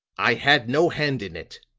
i had no hand in it,